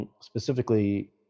Specifically